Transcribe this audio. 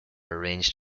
arranged